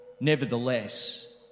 nevertheless